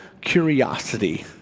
curiosity